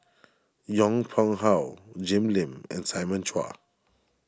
Yong Pung How Jim Lim and Simon Chua